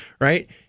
Right